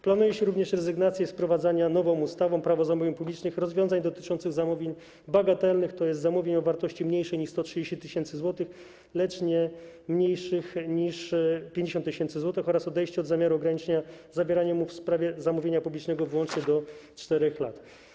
Planuje się również rezygnację z wprowadzania nową ustawą Prawo zamówień publicznych rozwiązań dotyczących zamówień bagatelnych, tj. zamówień o wartości mniejszej niż 130 tys. zł, lecz nie mniejszych niż 50 tys. zł, oraz odejście od zamiaru ograniczenia zawierania umów w sprawie zamówienia publicznego wyłącznie do 4 lat.